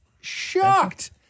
shocked